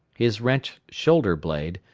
his wrenched shoulder-blade,